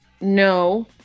no